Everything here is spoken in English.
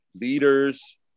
leaders